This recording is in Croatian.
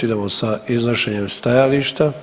Idemo sa iznošenjem stajališta.